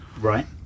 right